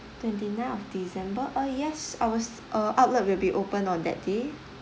twenty-nine of december uh yes our uh outlet will be open on that day